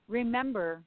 remember